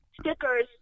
stickers